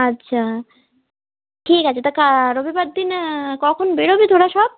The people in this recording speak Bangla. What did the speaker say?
আচ্ছা ঠিক আছে তা রবিবার দিন কখন বেরোবি তোরা সব